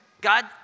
God